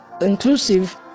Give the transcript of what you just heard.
inclusive